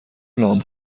لامپ